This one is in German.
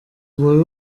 wohl